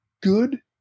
good